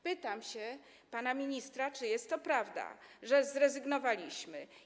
Pytam się pana ministra, czy jest to prawda, że zrezygnowaliśmy.